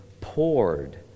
poured